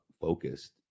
focused